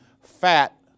fat